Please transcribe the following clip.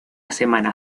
semana